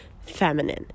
feminine